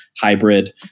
hybrid